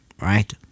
right